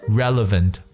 relevant